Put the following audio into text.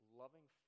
loving